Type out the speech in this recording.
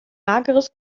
mageres